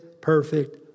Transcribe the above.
perfect